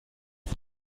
das